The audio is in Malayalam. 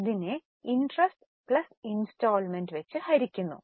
അതിനെ ഇന്ട്രെസ്റ് പ്ലസ് ഇൻസ്റ്റാൾമെൻറ് ആയി ഹരിക്കുന്നു